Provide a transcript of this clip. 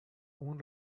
اون